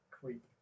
creep